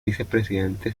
vicepresidente